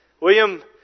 William